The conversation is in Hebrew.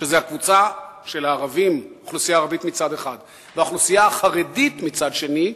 שזה האוכלוסייה הערבית מצד אחד והאוכלוסייה החרדית מצד שני,